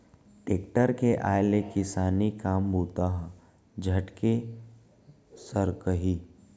tractor के आय ले किसानी काम बूता ह झटके सरकही